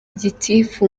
gitifu